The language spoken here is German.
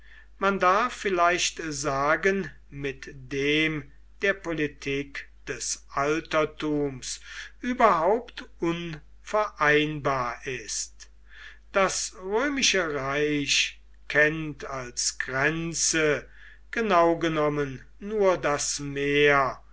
man darf vielleicht sagen mit der politik des altertums überhaupt unvereinbar ist das römische reich kennt als grenze genaugenommen nur das meer